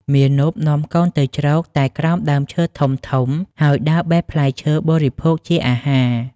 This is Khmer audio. មាណពនាំកូនទៅជ្រកតែក្រោមដើមឈើធំៗ ហើយដើរបេះផ្លែឈើបរិភោគជាអាហារ ។